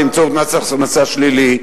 באמצעות מס הכנסה שלילי,